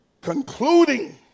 concluding